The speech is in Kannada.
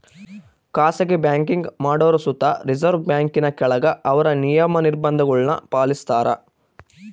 ಖಾಸಗಿ ಬ್ಯಾಂಕಿಂಗ್ ಮಾಡೋರು ಸುತ ರಿಸರ್ವ್ ಬ್ಯಾಂಕಿನ ಕೆಳಗ ಅವ್ರ ನಿಯಮ, ನಿರ್ಭಂಧಗುಳ್ನ ಪಾಲಿಸ್ತಾರ